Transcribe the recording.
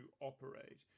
operate